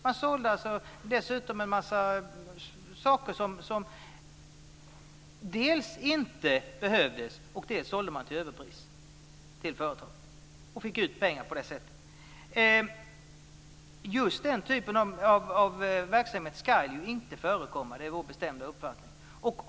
Man sålde en massa saker som dels inte behövdes, dels såldes till överpris till företaget, och fick in pengar på det sättet. Just den här typen av verksamhet ska inte förekomma, det är vår bestämda uppfattning.